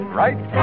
right